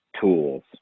tools